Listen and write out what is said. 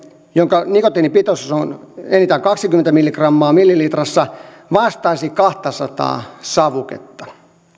jonka nikotiinipitoisuus on enintään kaksikymmentä milligrammaa millilitrassa vastaisi kahtasataa savuketta